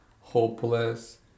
hopeless